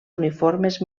uniformes